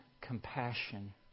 compassion